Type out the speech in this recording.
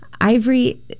Ivory